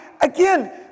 again